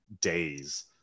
days